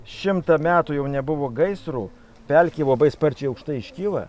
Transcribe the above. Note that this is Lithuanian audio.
šimtą metų jau nebuvo gaisrų pelkė labai sparčiai aukštai iškyla